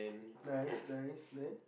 nice nice then